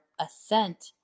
assent